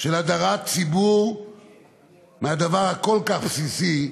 של הדרת ציבור מהדבר הכל-כך בסיסי,